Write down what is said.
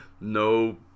no